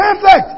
perfect